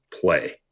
play